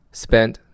spend